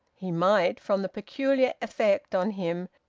he might, from the peculiar effect on him,